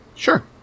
Sure